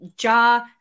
Ja